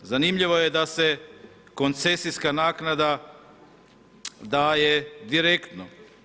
Zanimljivo je da se koncesijska naknada daje direktno.